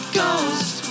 ghost